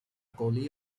coli